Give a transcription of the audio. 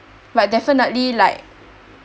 but definitely like